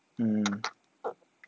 mm